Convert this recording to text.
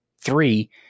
Three